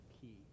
key